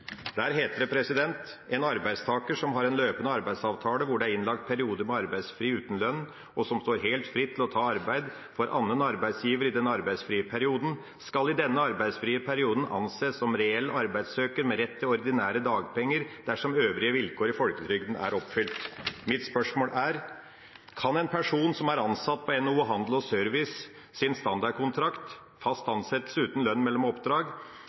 Der heter det: «En arbeidstaker som har en løpende arbeidsavtale hvor det er innlagt perioder med arbeidsfri uten lønn, og som står helt fritt til å ta arbeid for annen arbeidsgiver i den arbeidsfrie perioden, skal i denne arbeidsfrie perioden anses som reell arbeidssøker med rett til ordinære dagpenger, dersom øvrige vilkår i folketrygden er oppfylt.» Mitt spørsmål er: Kan en person som er ansatt på NHO Service og Handels standardkontrakt, fast ansettelse uten lønn mellom oppdrag,